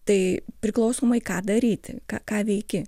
tai priklausomai ką daryti ką ką veiki